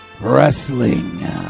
Wrestling